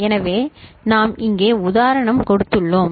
எனவே நாம் இங்கே ஒரு உதாரணம் கொடுத்துள்ளோம்